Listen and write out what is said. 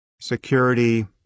security